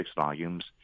volumes